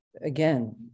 again